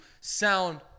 sound